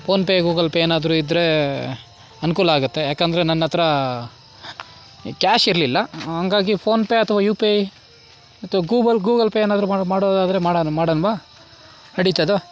PhonePe Google Pay ಏನಾದರು ಇದ್ದರೆ ಅನುಕೂಲ ಆಗುತ್ತೆ ಯಾಕಂದರೆ ನನ್ನ ಹತ್ರ ಕ್ಯಾಶ್ ಇರಲಿಲ್ಲ ಹಂಗಾಗಿ ಪೋನ್ಪೆ ಅಥವಾ ಯು ಪಿ ಐ ಮತ್ತು ಗೂಗಲ್ ಗೂಗಲ್ಪೆ ಏನಾದರು ಮಾಡೋದಾದರೆ ಮಾಡನ ಮಾಡೊನ್ವಾ ನಡೀತದ